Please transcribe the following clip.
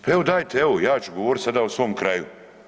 Pa evo dajte, evo ja ću govoriti sada o svom kraju.